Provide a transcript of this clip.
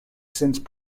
since